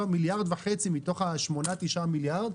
מיליארד וחצי מתוך 8,9 מיליארד,